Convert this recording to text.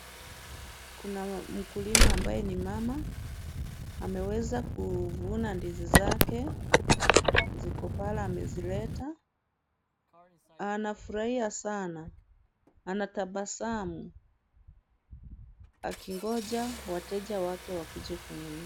Kuna mkulima ambaye ni mama, ameweza kuvuna ndizi zake, ziko pale amezileta, anafurahia sana, anatabasamu, akingoja wateja wake wakuje kununua.